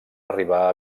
arribar